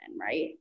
right